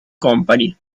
company